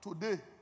Today